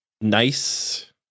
nice